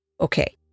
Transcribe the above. Okay